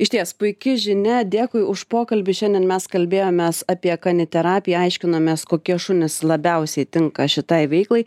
išties puiki žinia dėkui už pokalbį šiandien mes kalbėjomės apie kaniterapiją aiškinomės kokie šunys labiausiai tinka šitai veiklai